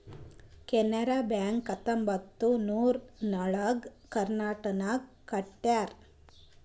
Canara bank ಹತ್ತೊಂಬತ್ತ್ ನೂರಾ ಎಳುರ್ನಾಗ್ ಕರ್ನಾಟಕನಾಗ್ ಕಟ್ಯಾರ್